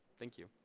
thank you.